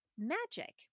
magic